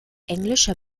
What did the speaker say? englischer